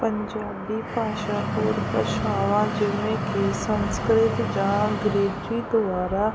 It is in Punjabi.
ਪੰਜਾਬੀ ਭਾਸ਼ਾ ਹੋਰ ਭਾਸ਼ਾਵਾਂ ਜਿਵੇਂ ਕਿ ਸੰਸਕ੍ਰਿਤ ਜਾਂ ਅੰਗਰੇਜ਼ੀ ਦੁਆਰਾ